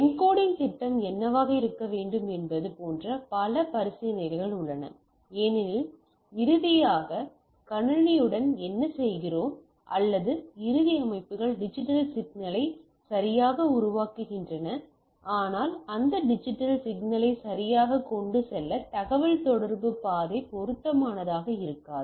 என்கோடிங்த் திட்டம் என்னவாக இருக்க வேண்டும் என்பது போன்ற பல பரிசீலனைகள் உள்ளன ஏனெனில் இறுதியாக கணினியுடன் என்ன செய்கிறோம் அல்லது இறுதி அமைப்புகள் டிஜிட்டல் சிக்னல்களை சரியாக உருவாக்குகின்றன ஆனால் அந்த டிஜிட்டல் சிக்னல்களை சரியாக கொண்டு செல்ல தகவல் தொடர்பு பாதை பொருத்தமானதாக இருக்காது